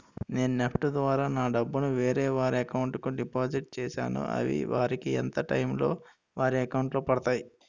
నేను నెఫ్ట్ ద్వారా నా డబ్బు ను వేరే వారి అకౌంట్ కు డిపాజిట్ చేశాను అవి వారికి ఎంత టైం లొ వారి అకౌంట్ లొ పడతాయి?